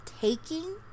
taking